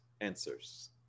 answers